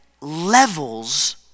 levels